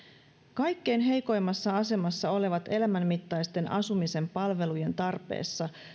kaikkein heikoimmassa asemassa olevat elämänmittaisten asumisen palvelujen tarpeessa